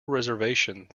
reservation